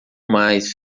mais